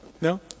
No